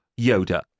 Yoda